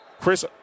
chris